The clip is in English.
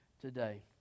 today